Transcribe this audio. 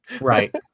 Right